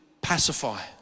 pacify